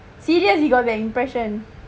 serious he got the impression